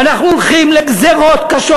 ואנחנו הולכים לגזירות קשות.